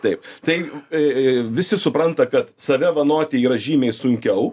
taip taim e e visi supranta kad save vanoti yra žymiai sunkiau